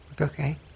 okay